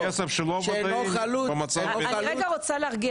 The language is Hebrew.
כסף שלא וודאי- -- זה כרגע באמת נראה